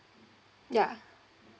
yeah